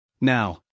Now